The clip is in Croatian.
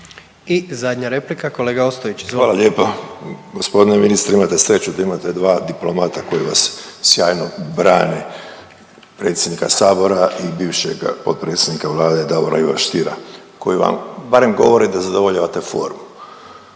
Rajko (Nezavisni)** Hvala lijepa. Gospodine ministre imate sreću da imate dva diplomata koji vas sjajno brane, predsjednika sabora i bivšeg potpredsjednika vlade Davora Ivu Stiera, koji vam barem govore da zadovoljavate formu.